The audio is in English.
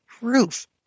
proof